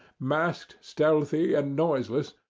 masked, stealthy, and noiseless,